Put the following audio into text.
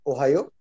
Ohio